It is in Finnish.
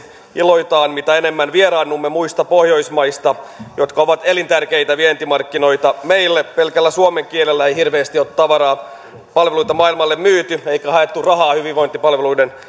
iloitaan mitä enemmän vieraannumme muista pohjoismaista jotka ovat elintärkeitä vientimarkkinoita meille pelkällä suomen kielellä ei hirveästi ole tavaraa palveluita maailmalle myyty eikä haettu rahaa hyvinvointipalveluiden